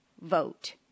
vote